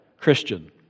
Christian